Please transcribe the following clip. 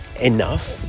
enough